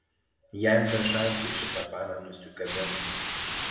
jam be šansų šitą paną nusikabint